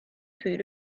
food